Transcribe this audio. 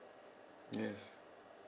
yes